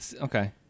Okay